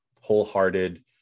wholehearted